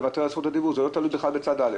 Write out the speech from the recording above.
לוותר על זכות הדיבור זה לא תלוי בכלל בצד א'.